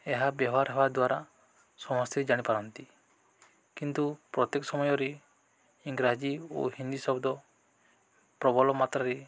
ଏହା ବ୍ୟବହାର ହେବା ଦ୍ୱାରା ସମସ୍ତେ ଜାଣିପାରନ୍ତି କିନ୍ତୁ ପ୍ରତ୍ୟେକ ସମୟରେ ଇଂରାଜୀ ଓ ହିନ୍ଦୀ ଶବ୍ଦ ପ୍ରବଳ ମାତ୍ରାରେ